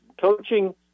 coaching